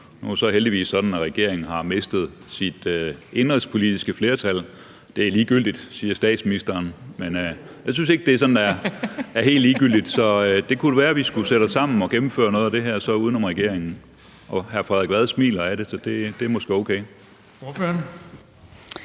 Nu er det så heldigvis sådan, at regeringen har mistet sit indenrigspolitiske flertal. Det er ligegyldigt, siger statsministeren, men jeg synes ikke, at det er sådan helt ligegyldigt. Så det kunne være, at vi skulle sætte os sammen og gennemføre noget af det her uden om regeringen. Hr. Frederik Vad smiler af det, så det er måske okay.